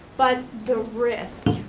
but the risk,